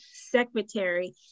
secretary